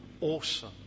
awesome